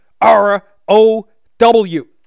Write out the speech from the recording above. R-O-W